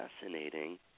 fascinating